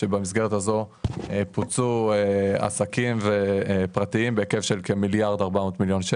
שבמסגרת הזו פוצו עסקים ופרטיים בהיקף של כ-1.4 מיליארד.